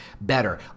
better